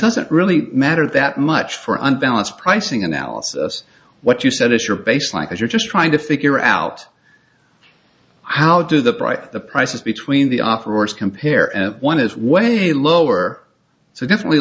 doesn't really matter that much for unbalanced pricing analysis what you said is your base like you're just trying to figure out how do the bright the prices between the offerers compare and one is way lower so definitely